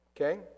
Okay